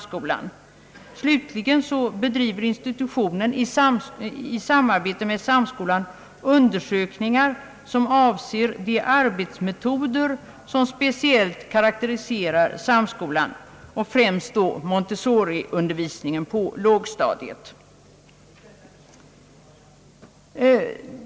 Slutligen bedriver institutionen i samarbete med Samskolan undersökningar som avser de arbetsmetoder som speciellt karakteriserar skolan, främst då Montessoriundervisningen på lågstadiet.